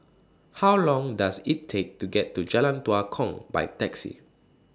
How Long Does IT Take to get to Jalan Tua Kong By Taxi